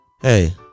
Hey